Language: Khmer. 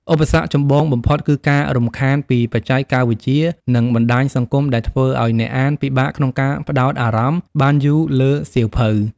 ឧបសគ្គចម្បងបំផុត គឺការរំខានពីបច្ចេកវិទ្យា និងបណ្ដាញសង្គមដែលធ្វើឱ្យអ្នកអានពិបាកក្នុងការផ្ដោតអារម្មណ៍បានយូរលើសៀវភៅ។